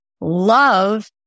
love